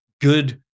good